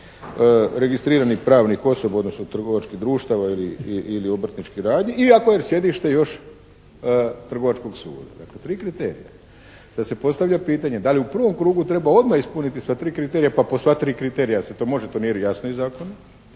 registriranih pravnih osoba, odnosno trgovačkih društava ili obrtničkih radnji i ako je sjedište još trgovačkog suda. Dakle, tri kriterija. Sad se postavlja pitanje da li u prvom krugu treba odmah ispuniti sva tri kriterija pa po sva tri kriterija se to može, …/Govornik